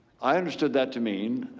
i understood that to mean,